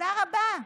תודה רבה,